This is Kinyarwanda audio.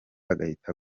agahita